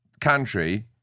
country